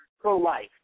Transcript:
pro-life